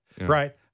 Right